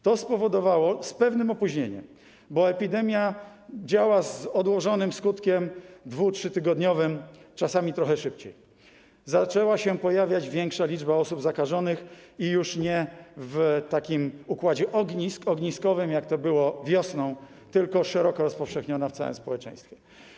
To spowodowało z pewnym opóźnieniem - bo epidemia działa z odłożonym skutkiem: 2–3-tygodniowym, czasami trochę szybciej - że zaczęła pojawiać się większa liczba osób zakażonych i już nie w takim układzie ognisk, układzie ogniskowym, jak to było wiosną, tylko jest to szeroko rozpowszechnione w całym społeczeństwie.